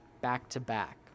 back-to-back